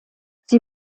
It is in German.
sie